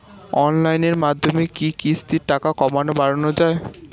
অনলাইনের মাধ্যমে কি কিস্তির টাকা কমানো বাড়ানো যায়?